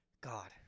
God